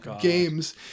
games